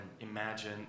imagine